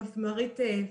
מפמ"רית פיזיקה.